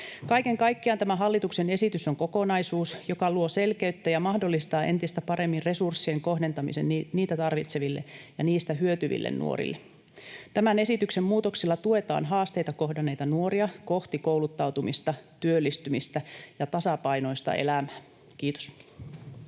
Kaiken kaikkiaan tämä hallituksen esitys on kokonaisuus, joka luo selkeyttä ja mahdollistaa entistä paremmin resurssien kohdentamisen niitä tarvitseville ja niistä hyötyville nuorille. Tämän esityksen muutoksilla tuetaan haasteita kohdanneita nuoria kohti kouluttautumista, työllistymistä ja tasapainoista elämää. — Kiitos.